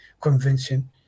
Convention